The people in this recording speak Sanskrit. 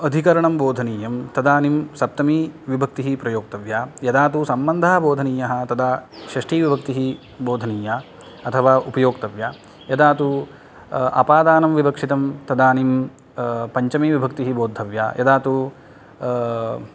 अधिकरणं बोधनीयं तदानीं सप्तमीविभक्तिः प्रयोक्तव्या यदा तु सम्बन्धः बोधनीयः तदा षष्ठीविभक्तिः बोधनीया अथवा उपयोक्तव्या यदा तु अपादानं विवक्षितं तदानीं पञ्चमीविभक्तिः बोद्धव्या यदा तु